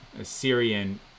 Assyrian